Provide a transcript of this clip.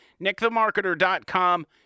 nickthemarketer.com